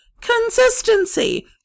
Consistency